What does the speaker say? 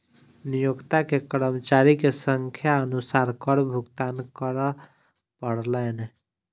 नियोक्ता के कर्मचारी के संख्या अनुसार कर भुगतान करअ पड़लैन